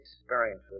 experience